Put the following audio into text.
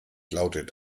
lautet